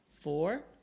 four